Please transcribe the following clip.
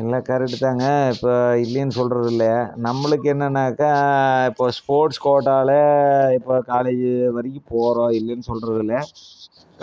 எல்லாம் கரெட்டுதாங்க இப்போது இல்லைனு சொல்வதில்ல நம்மளுக்கு என்னென்னாக்கா இப்போ ஸ்போர்ட்ஸ் கோட்டாவில் இப்போ காலேஜ் வரைக்கும் போகிறோம் இல்லைனு சொல்வதில்ல